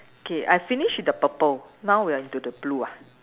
okay I finish with the purple now we are into the blue ah